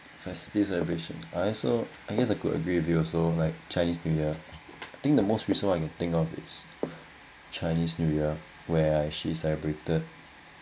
festive celebration I also I guess I could agree with you also like chinese new year thing the most recent one I can think of is chinese new year where I actually celebrated